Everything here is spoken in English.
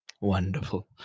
Wonderful